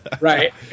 Right